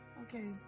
Okay